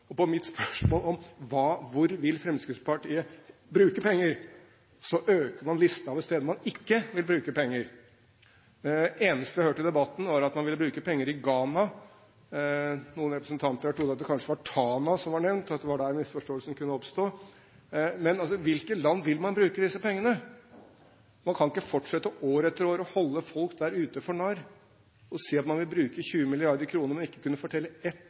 På mitt spørsmål om hvor Fremskrittspartiet vil bruke penger, øker man listen over steder hvor man ikke vil bruke penger. Det eneste vi har hørt i debatten, er at man vil bruke penger i Ghana – noen representanter trodde at det kanskje var Tana som var nevnt, og at det var der misforståelsen kunne oppstå. I hvilke land vil man bruke disse pengene? Man kan ikke fortsette år etter år å holde folk der ute for narr og si at man vil bruke 20 mrd. kr, men ikke kunne fortelle ett